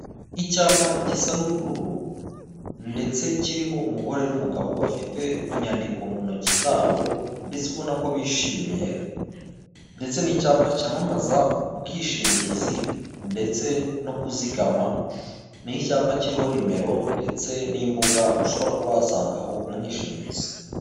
Icyapa gisa n'ubururu ndetse kiriho umugore n'umugabo bafite inyandiko mu ntoki zabo ndetse ubona ko bishimye ndetse n'icyapa cyamamaza ubwishingizi ndetse no kuzigama, ni icyapa kiriho nimero ndetse n'imbuga ushobora kuba wasangaho umwishingizi.